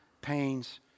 pains